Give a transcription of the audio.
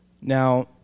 Now